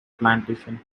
plantation